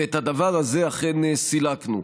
ואת הדבר זה אכן סילקנו.